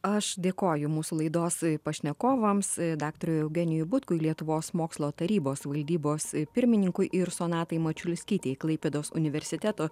aš dėkoju mūsų laidos pašnekovams daktarui eugenijui butkui lietuvos mokslo tarybos valdybos pirmininkui ir sonatai mačiulskytei klaipėdos universiteto